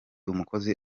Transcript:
umukozi